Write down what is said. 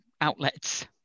outlets